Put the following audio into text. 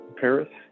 Paris